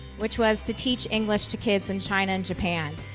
which was to teach english to kids in china and japan.